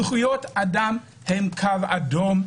זכויות אדם הן קו אדום.